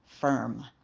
firm